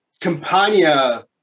Campania